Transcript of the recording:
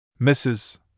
Mrs